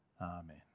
Amen